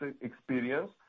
experience